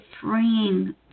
freeing